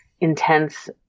intense